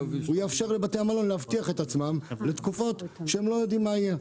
הוא יאפשר לבתי המלון להבטיח את עצמם לתקופות שהם לא יודעים מה יהיה.